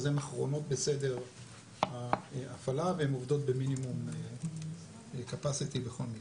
אז הן אחרונות בסדר ההפעלה והן עובדות במינימום קפסיטי בכל מקרה.